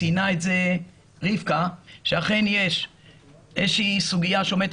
ציינה רבקה ורבנר שאכן יש איזו סוגיה שעומדת